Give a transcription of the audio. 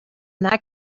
that